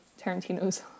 Tarantino's